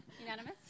Unanimous